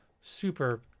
super